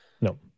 No